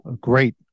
Great